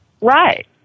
Right